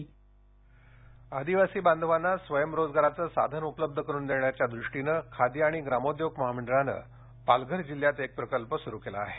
नीरा निर्मिती आदिवासी बांधवांना स्वयंरोजगाराचं साधन उपलब्ध करून देण्याच्या दृष्टीनं खादी आणि ग्रामोद्योग महामंडळानं पालघर जिल्ह्यात एक प्रकल्प सुरू केला आहे